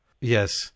Yes